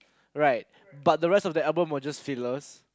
right but the rest of their album was just fillers